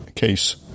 Case